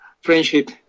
friendship